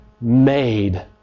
made